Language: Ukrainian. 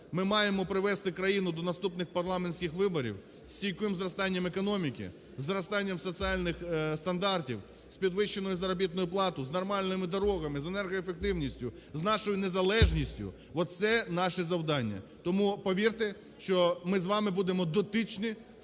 Ми маємо привести країну до наступних парламентських виборів зі стійким зростанням економіки, з зростанням соціальних стандартів, з підвищеною заробітною платою, з нормальними дорогами, з енергоефективністю, з нашою незалежністю. Оце наші завдання. Тому, повірте, що ми з вами будемо дотичні